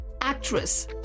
actress